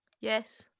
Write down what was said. Yes